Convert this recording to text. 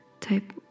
type